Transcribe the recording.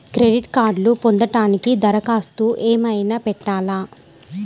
Credit కార్డ్ను పొందటానికి దరఖాస్తు ఏమయినా పెట్టాలా?